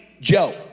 Joe